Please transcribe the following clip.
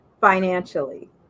financially